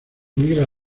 migra